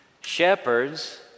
shepherds